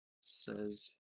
says